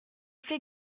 fait